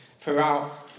throughout